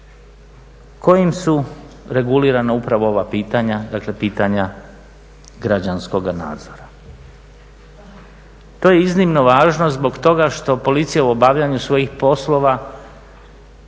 kojim su regulirana upravo ova pitanja, dakle pitanja građanskoga nadzora. To je iznimno važno zbog toga što Policija u obavljanju svojih poslova